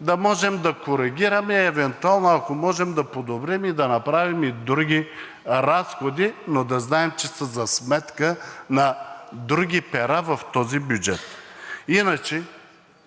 да можем да коригираме и евентуално, ако можем – да подобрим, и да направим и други разходи, но да знаем, че са за сметка на други пера в този бюджет. Иначе